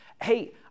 hey